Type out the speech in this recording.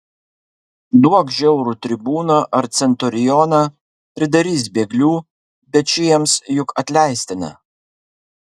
duok žiaurų tribūną ar centurioną pridarys bėglių bet šiems juk atleistina